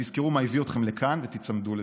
תזכרו מה הביא אתכם לכאן ותיצמדו לזה.